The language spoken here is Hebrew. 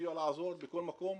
לסיוע בכל מקום,